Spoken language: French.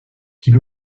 qu’il